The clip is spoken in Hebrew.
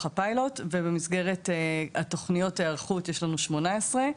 הפיילוט ובמסגרת תוכניות ההיערכות יש לנו כ-18,